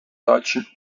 deutschen